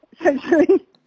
essentially